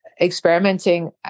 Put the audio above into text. experimenting